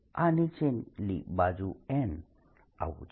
આ નીચલી બાજુ n આવું છે